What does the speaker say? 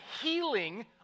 healing